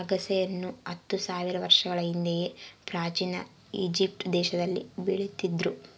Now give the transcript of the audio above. ಅಗಸೆಯನ್ನು ಹತ್ತು ಸಾವಿರ ವರ್ಷಗಳ ಹಿಂದೆಯೇ ಪ್ರಾಚೀನ ಈಜಿಪ್ಟ್ ದೇಶದಲ್ಲಿ ಬೆಳೀತಿದ್ರು